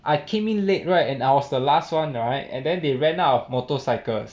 I came in late right and I was the last [one] right and then they ran out of motorcycles